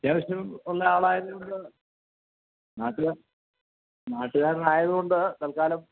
ഉള്ള ആളായത് കൊണ്ട് നാട്ടുകാരനായത് കൊണ്ട് തൽക്കാലം